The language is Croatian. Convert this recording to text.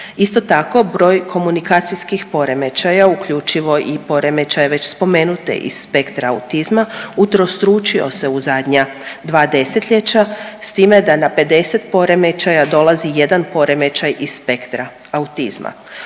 Isto tako, broj komunikacijskih poremećaja uključivo i poremećaje već spomenute iz spektra autizma utrostručio se u zadnja dva desetljeća, s time da na 50 poremećaja dolazi 1 poremećaj iz spektra autizma.